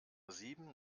sieben